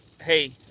hey